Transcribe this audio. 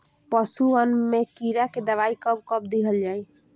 पशुअन मैं कीड़ा के दवाई कब कब दिहल जाई?